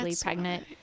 pregnant